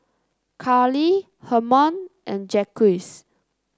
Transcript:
Carlee Hermon and Jacquez